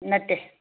ꯅꯠꯇꯦ